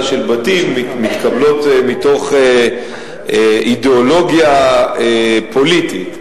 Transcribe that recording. של בתים מתקבלות מתוך אידיאולוגיה פוליטית.